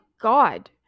God